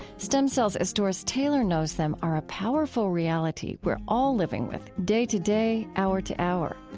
stem cells, as doris taylor knows them, are a powerful reality we're all living with day to day, hour to hour.